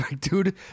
Dude